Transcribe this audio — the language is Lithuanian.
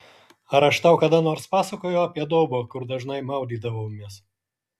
ar aš tau kada nors pasakojau apie daubą kur dažnai maudydavomės